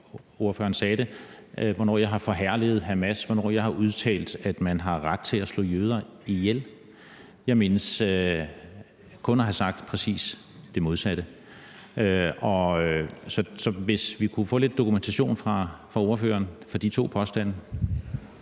sagde det, har forherliget Hamas, og hvornår jeg har udtalt, at man har ret til at slå jøder ihjel. Jeg mindes kun at have sagt præcis det modsatte. Så det ville være fint, hvis vi kunne få lidt dokumentation fra ordføreren for de to påstande.